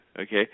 okay